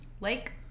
Lake